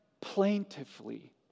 plaintively